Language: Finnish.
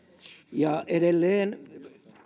ja edelleen